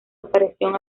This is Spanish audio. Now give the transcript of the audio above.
aparición